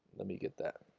let me get that